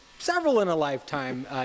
several-in-a-lifetime